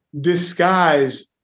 disguise